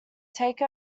take